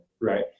right